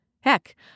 Heck